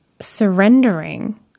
surrendering